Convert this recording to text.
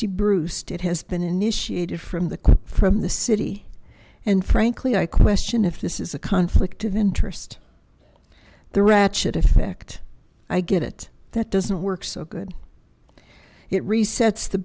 be bruised it has been initiated from the from the city and frankly i question if this is a conflict of interest the ratchet effect i get it that doesn't work so good it resets the